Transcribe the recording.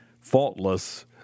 faultless